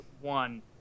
one